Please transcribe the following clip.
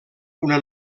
una